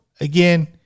again